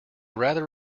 rather